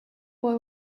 boy